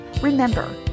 Remember